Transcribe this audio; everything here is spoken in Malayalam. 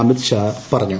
അമിത്ഷാ പറഞ്ഞു